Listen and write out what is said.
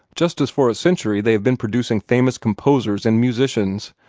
just as for a century they been producing famous composers and musicians.